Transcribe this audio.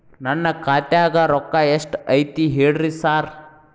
ನನ್ ಖಾತ್ಯಾಗ ರೊಕ್ಕಾ ಎಷ್ಟ್ ಐತಿ ಹೇಳ್ರಿ ಸಾರ್?